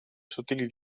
sottili